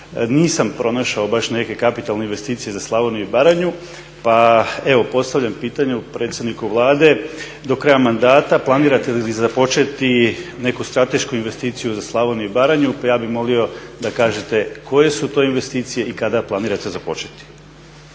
nisam pronašao baš neke kapitalne investicije za Slavoniju i Baranju. Pa evo postavljam pitanje predsjedniku Vlade, do kraja mandata planirate li započeti neku stratešku investiciju za Slavoniju i Baranju, pa ja bih molio da kažete koje su to investicije i kada planirate započeti.